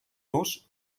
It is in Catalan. los